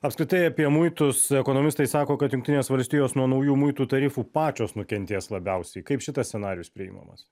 apskritai apie muitus ekonomistai sako kad jungtinės valstijos nuo naujų muitų tarifų pačios nukentės labiausiai kaip šitas scenarijus priimamas